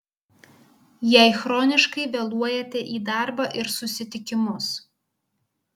jei chroniškai vėluojate į darbą ir susitikimus